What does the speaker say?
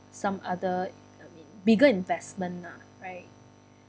some other I mean bigger investment ah right